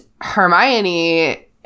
Hermione